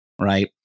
right